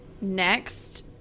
Next